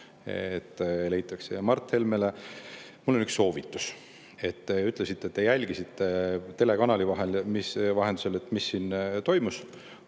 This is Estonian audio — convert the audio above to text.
see leitakse. Ja Mart Helmele mul on üks soovitus. Te ütlesite, et te jälgisite telekanali vahendusel, mis siin toimus,